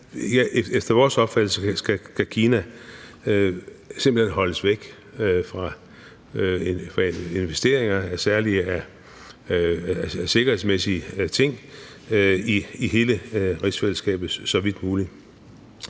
Efter vores opfattelse skal Kina simpelt hen holdes væk fra investeringer, særlig i forhold til sikkerhedsmæssige ting, i hele rigsfællesskabet, så vidt muligt.